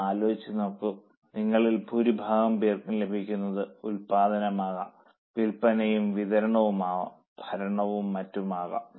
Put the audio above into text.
ഒന്നാലോചിച്ചു നോക്കൂ നിങ്ങളിൽ ഭൂരിഭാഗം പേർക്കും ലഭിക്കുന്നത് ഉൽപ്പാദനമാകാം വിൽപ്പനയും വിതരണവുമാകാം ഭരണവും മറ്റും ആകാം